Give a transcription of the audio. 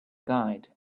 guide